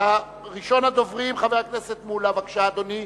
ראשון הדוברים חבר הכנסת שלמה מולה, בבקשה, אדוני.